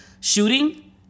shooting